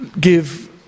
give